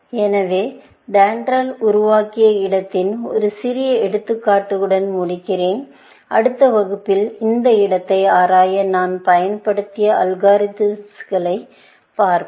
எனவே DENDRAL உருவாக்கிய இடத்தின் ஒரு சிறிய எடுத்துக்காட்டுடன் முடிக்கிறேன் அடுத்த வகுப்பில் இந்த இடத்தை ஆராய நான் பயன்படுத்திய அல்காரிதம்ஸ்களைப் பார்ப்போம்